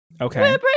Okay